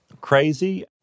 crazy